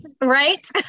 Right